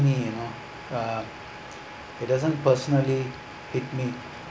me you know uh it doesn't personally hit me